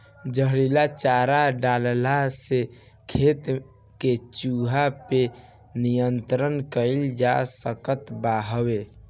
जहरीला चारा डलला से खेत के चूहा पे नियंत्रण कईल जा सकत हवे